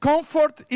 Comfort